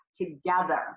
together